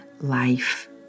life